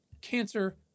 Cancer